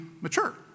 mature